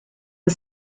the